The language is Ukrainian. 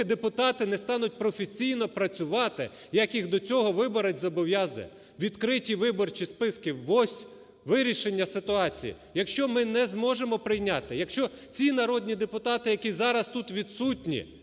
депутати не стануть професійно працювати, яких до цього виборець зобов'язує. Відкриті виборчі списки – ось вирішення ситуації. Якщо ми не зможемо прийняти, якщо ці народні депутати, які зараз тут відсутні